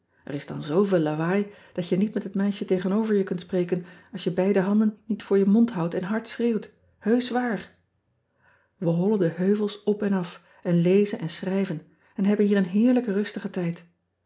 r is dan zooveel lawaai dat je niet met het meisje tegenover je kunt spreken als je beide handen niet voor je mond houdt en hard schreeuwt eusch waar e hollen de heuvels op en af en lezen en schrijven en hebben hier een heerlijken rustigen tijd